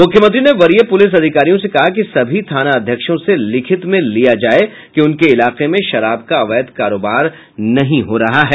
मुख्यमंत्री ने वरीय पुलिस अधिकारियों से कहा कि सभी थानाध्यक्षों से लिखित में लिया जाये कि उनके इलाके में शराब का अवैध कारोबार नहीं हो रहा है